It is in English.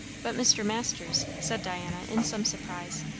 but, mr. masters, said diana in some surprise,